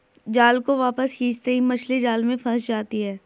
जाल को वापस खींचते ही मछली जाल में फंस जाती है